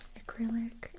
acrylic